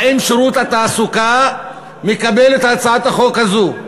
האם שירות התעסוקה מקבל את הצעת החוק הזאת?